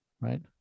right